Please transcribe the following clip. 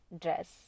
dress